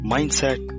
Mindset